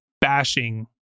bashing